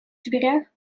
дверях